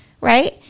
Right